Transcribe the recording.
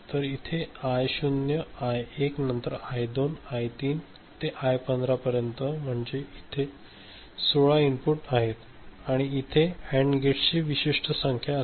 तर हे I 0 I 1 नंतर आय 2 आय 3 ते आय 15 पर्यंत म्हणजे तिथे 16 इनपुट आहेत आणि इथे अँड गेट्सची विशिष्ट संख्या असते